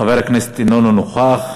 חבר הכנסת איננו נוכח.